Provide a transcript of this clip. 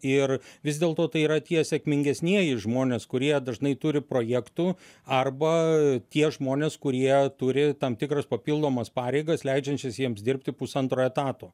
ir vis dėlto tai yra tie sėkmingesnieji žmonės kurie dažnai turi projektų arba tie žmonės kurie turi tam tikras papildomas pareigas leidžiančias jiems dirbti pusantro etato